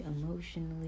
emotionally